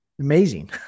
Amazing